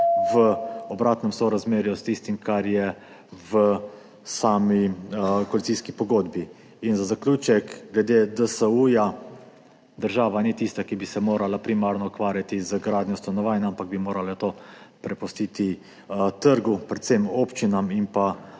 v obratnem sorazmerju s tistim, kar je v sami koalicijski pogodbi. In za zaključek glede DSU – država ni tista, ki bi se morala primarno ukvarjati z gradnjo stanovanj, ampak bi morala to prepustiti trgu, predvsem občinam in